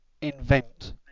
invent